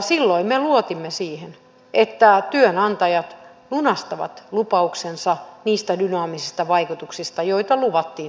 silloin me luotimme siihen että työnantajat lunastavat lupauksensa niistä dynaamisista vaikutuksista joita luvattiin työllisyyden parantamiseksi ja toisin kävi